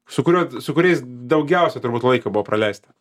su kuriuo su kuriais daugiausia turbūt laiko buvo praleista